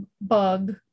bug